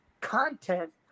content